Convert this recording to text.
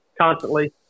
constantly